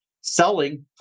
selling